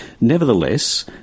Nevertheless